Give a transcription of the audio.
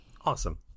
Awesome